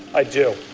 i do